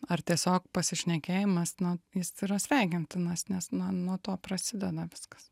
ar tiesiog pasišnekėjimas na jis yra sveikintinas nes na nuo to prasideda viskas